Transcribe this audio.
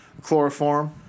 chloroform